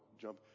jump